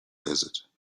desert